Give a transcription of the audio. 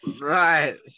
Right